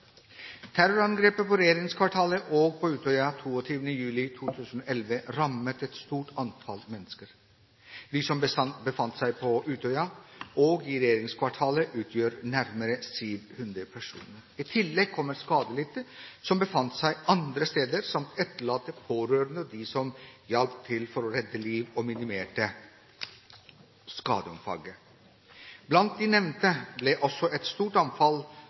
Terrorangrepet mot regjeringskvartalet og på Utøya 22. juli 2011 rammet et stort antall mennesker. De som befant seg på Utøya og i regjeringskvartalet, utgjør nærmere 700 personer. I tillegg kommer skadelidte som befant seg andre steder, samt etterlatte, pårørende og de som hjalp til for å redde liv og minimere skadeomfanget. Blant de nevnte ble også et stort